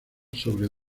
sobre